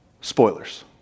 spoilers